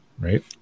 right